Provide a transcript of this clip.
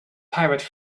pirate